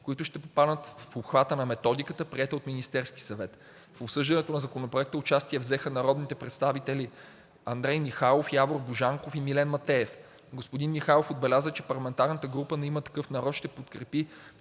които ще попаднат в обхвата на методиката, приета от Министерския съвет. В обсъждането на Законопроекта взеха участие народните представители Андрей Михайлов, Явор Божанков и Милен Матеев. Господин Михайлов отбеляза, че парламентарната група на „Има такъв народ“ ще подкрепи